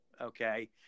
okay